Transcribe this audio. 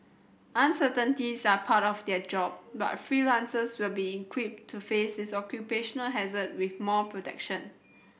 uncertainties are part of their job but freelancers will be equipped to face is occupational hazard with more protection